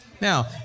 Now